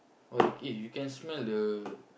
oh you can eh you can smell the